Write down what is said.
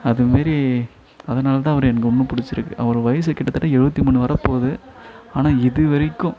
அதுமாரி அதனால் தான் அவரை எனக்கு ரொம்ப பிடிச்சிருக்கு அவர் வயது கிட்டத்தட்ட எழுபத்தி மூணு வர போகுது ஆனால் இது வரைக்கும்